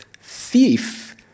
thief